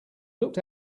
looked